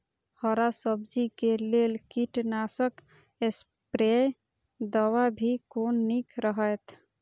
हरा सब्जी के लेल कीट नाशक स्प्रै दवा भी कोन नीक रहैत?